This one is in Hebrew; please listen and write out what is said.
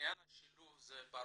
עניין השילוב ברור,